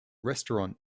restaurant